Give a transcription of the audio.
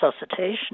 resuscitation